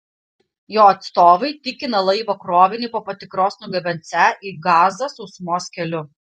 jo atstovai tikina laivo krovinį po patikros nugabensią į gazą sausumos keliu